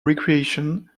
recreation